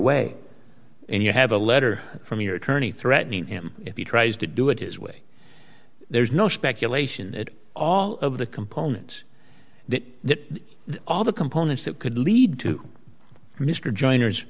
way and you have a letter from your attorney threatening him if he tries to do it his way there's no speculation at all of the components that all the components that could lead to mr join